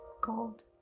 gold